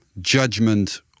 judgment